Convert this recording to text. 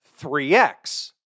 3x